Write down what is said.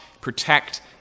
protect